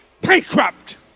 bankrupt